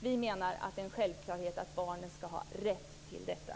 Vi menar att det är en självklarhet att barnen ska ha rätt till detta.